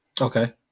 Okay